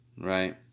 right